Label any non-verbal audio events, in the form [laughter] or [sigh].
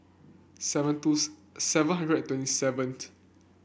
seven twos seven hundred and twenty seven [unintelligible]